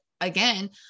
again